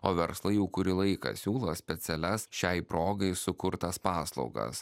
o verslai jau kurį laiką siūlo specialias šiai progai sukurtas paslaugas